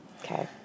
Okay